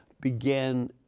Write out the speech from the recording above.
began